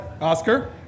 Oscar